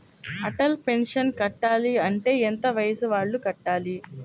Atal pension కట్టాలి అంటే ఎంత వయసు వాళ్ళు కట్టాలి?